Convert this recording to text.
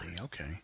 Okay